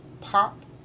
pop